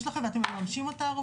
יש לכם, ואתם מממשים את הערובה?